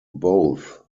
both